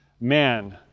man